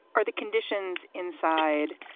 are the conditions inside?